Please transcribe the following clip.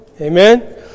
Amen